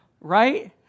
Right